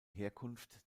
herkunft